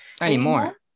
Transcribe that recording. anymore